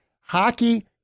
Hockey